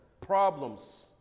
problems